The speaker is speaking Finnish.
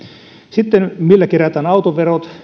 sitten millä kerätään autoverot